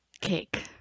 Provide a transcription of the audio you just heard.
Cake